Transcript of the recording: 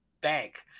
bank